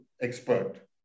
expert